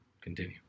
Continue